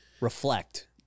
reflect